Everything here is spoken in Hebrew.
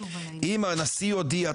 אם הנשיא הודיע,